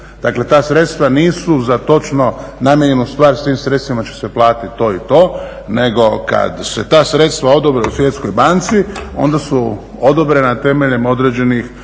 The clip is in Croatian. dakle ta sredstva nisu za točno namijenjenu stvar, s tim sredstvima će se platiti to i to, nego kad se ta sredstva odobre u Svjetskoj banci, onda su odobrena temeljem određenih